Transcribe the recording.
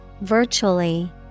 Virtually